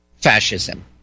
fascism